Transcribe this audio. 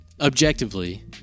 objectively